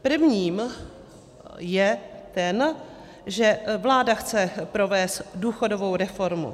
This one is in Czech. Prvním je ten, že vláda chce provést důchodovou reformu.